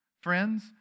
Friends